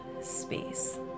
space